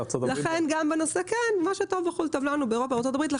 גם בארצות הברית.